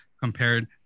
compared